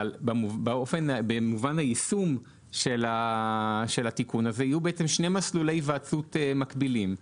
אבל במובן היישום של התיקון הזה יהיו בעצם שני מסלולי היוועצות מקבילים.